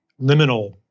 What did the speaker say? liminal